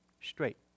straight